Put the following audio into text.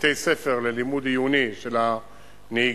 בתי-ספר ללימוד עיוני של הנהיגה,